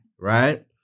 right